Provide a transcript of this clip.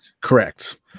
Correct